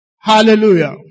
Hallelujah